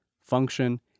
function